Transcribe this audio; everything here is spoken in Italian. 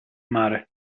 mare